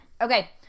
Okay